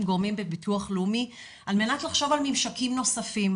גורמים בביטוח לאומי על מנת לחשוב על ממשקים נוספים,